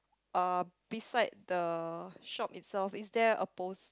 uh beside the shop itself is there a post